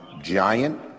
giant